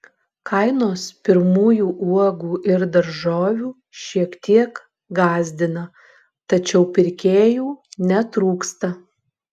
kainos pirmųjų uogų ir daržovių šiek tiek gąsdina tačiau pirkėjų netrūksta